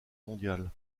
mondiale